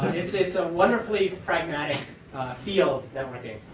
it's it's a wonderfully pragmatic field, networking.